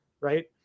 right